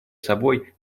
собой